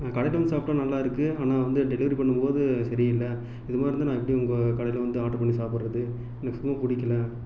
கடையில வந்து சாப்பிட்டா நல்லாருக்கு ஆனால் வந்து டெலிவரி பண்ணும்போது சரியில்லை இது மார்ருந்தான் நான் எப்படி உங்கள் கடையில வந்து ஆட்ரு பண்ணி சாப்பிடறது எனக்கு சுத்தமாக பிடிக்கல